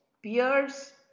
peers